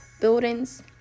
buildings